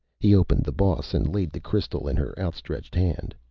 he opened the boss and laid the crystal in her outstretched hand.